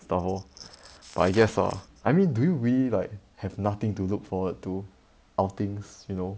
stuff lor I guess ah I mean do we really like have nothing to look forward to of things you know